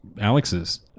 Alex's